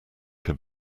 can